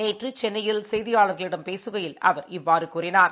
நேற்றுசென்னையில் செய்தியாளர்களிடம் பேசுகையில் அவர் இவ்வாறுகூறினார்